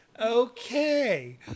Okay